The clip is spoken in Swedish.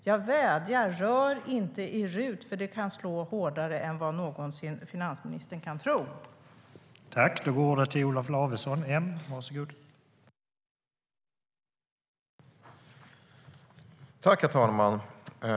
Jag vädjar: Rör inte i RUT, för det kan slå hårdare än finansministern någonsin tror!